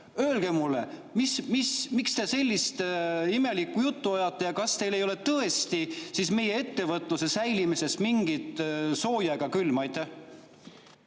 Öelge mulle, miks te sellist imelikku juttu ajate. Kas teil ei ole tõesti siis meie ettevõtluse säilimisest sooja ega külma?